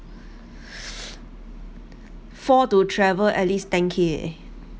four to travel at least ten K eh